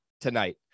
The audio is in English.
tonight